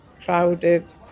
crowded